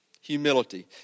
Humility